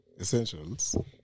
essentials